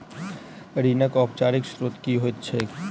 ऋणक औपचारिक स्त्रोत की होइत छैक?